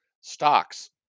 stocks